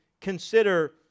consider